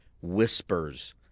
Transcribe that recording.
whispers